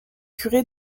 curé